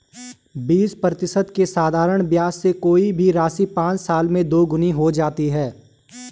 बीस प्रतिशत के साधारण ब्याज से कोई भी राशि पाँच साल में दोगुनी हो जाती है